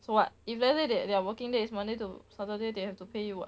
so what if let's say they they are working days monday to saturday they have to pay you [what]